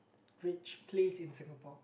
which place in Singapore